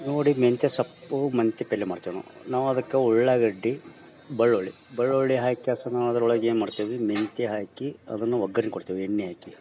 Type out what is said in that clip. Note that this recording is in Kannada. ನೋಡಿ ಮೆಂತ್ಯ ಸೊಪ್ಪು ಮೆಂತ್ಯ ಪಲ್ಲೆ ಮಾಡ್ತೇವಿ ನಾವು ನಾವು ಅದಕ್ಕೆ ಉಳ್ಳಾಗಡ್ಡಿ ಬೆಳ್ಳುಳ್ಳಿ ಬೆಳ್ಳುಳ್ಳಿ ಹಾಕ್ಯಾಸಿ ನಾವು ಅದ್ರೊಳಗ ಏನು ಮಾಡ್ತೇವಿ ಮೆಂತ್ಯ ಹಾಕಿ ಅದನ್ನ ಒಗ್ಗರನಿ ಕೊಡ್ತೇವಿ ಎಣ್ಣೆ ಹಾಕಿ